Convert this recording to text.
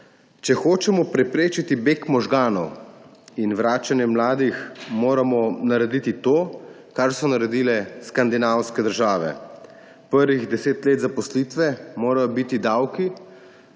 »Če hočemo preprečiti beg možganov in vračanje mladih, moramo narediti to, kar so naredile skandinavske države. Prvih deset let zaposlitve morajo biti davki,